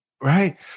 Right